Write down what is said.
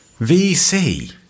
VC